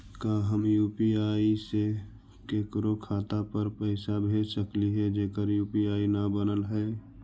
का हम यु.पी.आई से केकरो खाता पर पैसा भेज सकली हे जेकर यु.पी.आई न बनल है?